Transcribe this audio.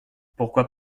pourquoi